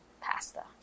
Pasta